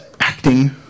acting